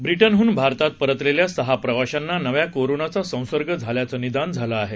व्रिटनहून भारतात परतलेल्या सहा प्रवाशांना नव्या कोरोनाचा संसर्ग झाल्याचं निदान झालं आहे